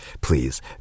please